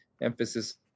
emphasis